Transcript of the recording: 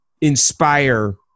inspire